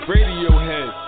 Radiohead